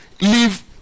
leave